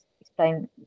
explain